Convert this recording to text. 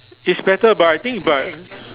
it's better but I think but